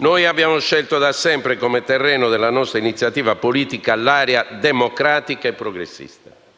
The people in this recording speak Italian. Abbiamo scelto da sempre come terreno della nostra iniziativa politica l'area democratica e progressista.